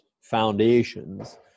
foundations